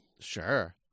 Sure